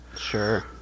Sure